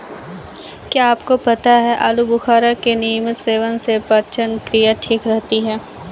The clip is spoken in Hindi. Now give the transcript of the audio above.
क्या आपको पता है आलूबुखारा के नियमित सेवन से पाचन क्रिया ठीक रहती है?